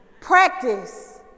Practice